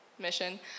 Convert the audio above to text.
mission